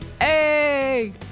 Hey